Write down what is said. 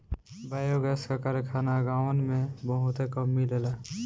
biogas क कारखाना गांवन में बहुते कम मिलेला